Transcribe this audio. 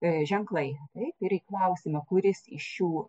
ženklai taip ir į klausimą kuris iš šių